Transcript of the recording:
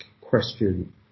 question